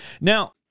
now